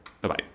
Bye-bye